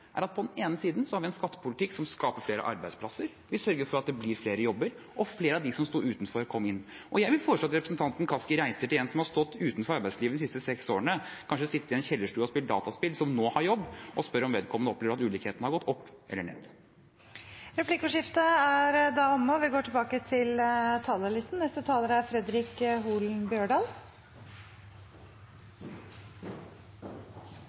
er at på den ene siden har vi en skattepolitikk som skaper flere arbeidsplasser. Vi sørger for at det blir flere jobber, og flere av dem som sto utenfor, kom inn. Jeg vil foreslå at representanten Kaski reiser til en som har stått utenfor arbeidslivet de siste seks årene og kanskje sittet i en kjellerstue og spilt dataspill, men som nå har jobb, og spør om vedkommende opplever at ulikheten har gått opp eller ned. Replikkordskiftet er omme. I årevis har vi diskutert – i og